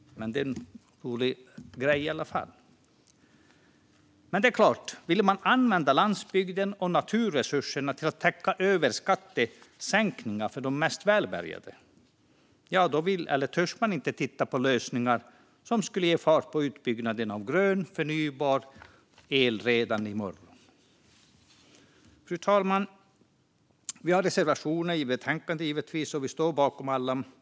Men det är en rolig grej i alla fall. Men det är klart - vill man använda landsbygden och naturresurserna för att täcka skattesänkningar för de mest välbärgade vill eller törs man inte titta på lösningar som skulle sätta fart på utbyggnaden av grön, förnybar el redan i morgon. Fru talman! Vi har reservationer i betänkandet, och vi står givetvis bakom alla.